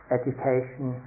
education